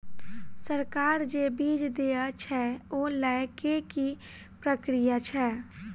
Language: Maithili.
सरकार जे बीज देय छै ओ लय केँ की प्रक्रिया छै?